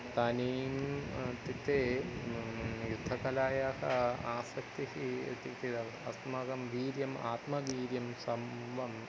इदानीं इत्युक्ते युद्धकलायाः आसक्तिः इत्युक्ते अस्माकं वीर्यम् आत्मवीर्यं स्व